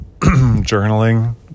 journaling